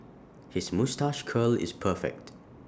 his moustache curl is perfect